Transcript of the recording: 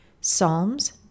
Psalms